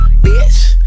Bitch